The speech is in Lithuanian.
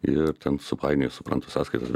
ir ten supainiojo suprantu sąskaitas